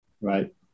Right